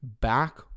back